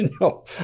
no